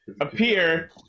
appear